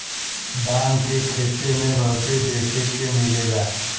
धान के खेते में बहुते देखे के मिलेला